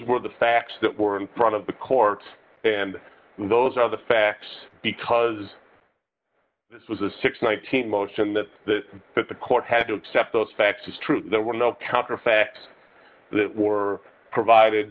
were the facts that were in front of the court and those are the facts because this was a six hundred and nineteen motion that the that the court had to accept those facts is true there were no counter facts that were provided